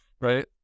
right